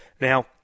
Now